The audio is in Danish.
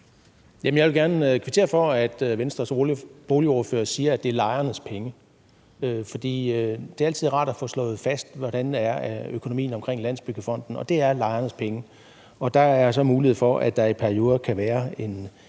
Jeg vil gerne kvittere for, at Venstres boligordfører siger, at det er lejernes penge, for det er altid rart at få slået fast, hvordan økonomien er omkring Landsbyggefonden – og det er lejernes penge. Der er så mulighed for, at der i perioder kan være